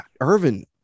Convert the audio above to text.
Irvin